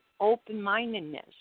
open-mindedness